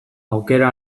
aukera